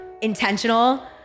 intentional